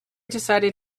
decided